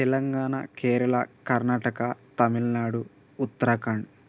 Telangana Kerala Karnataka Tamil Nadu Uttarakhand